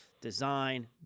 design